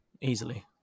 easily